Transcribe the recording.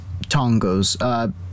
tongos